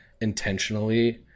intentionally